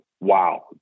wow